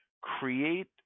create